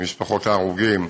עם משפחות ההרוגים.